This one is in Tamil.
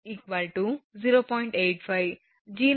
8 m